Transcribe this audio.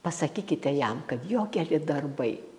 pasakykite jam kad jo keli darbai